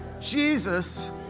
Jesus